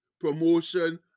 promotion